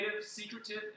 secretive